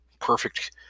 perfect